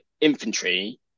infantry